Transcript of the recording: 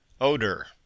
odor